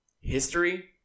History